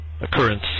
occurrence